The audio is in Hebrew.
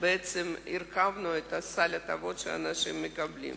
ובעצם הרכבנו את סל ההטבות שאנשים מקבלים.